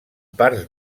parts